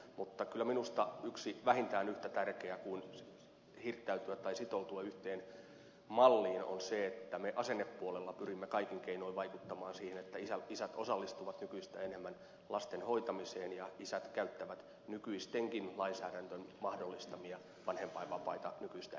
mutta kyllä minusta yksi vähintään yhtä tärkeä asia kuin hirttäytyä tai sitoutua yhteen malliin on se että me asennepuolella pyrimme kaikin keinoin vaikuttamaan siihen että isät osallistuvat nykyistä enemmän lasten hoitamiseen ja isät käyttävät nykyistenkin lainsäädännön mahdollistamia vanhempainvapaita nykyistä enemmän